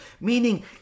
Meaning